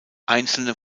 einzelne